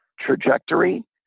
trajectory